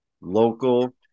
local